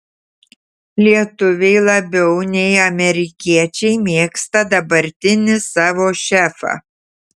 lietuviai labiau nei amerikiečiai mėgsta dabartinį savo šefą